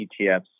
ETFs